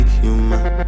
human